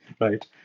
right